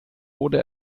wurde